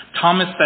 Thomas